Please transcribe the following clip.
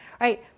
right